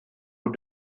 aux